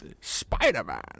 spider-man